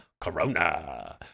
Corona